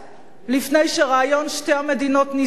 לפני שרעיון שתי המדינות נזנח